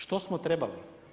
Što smo trebali?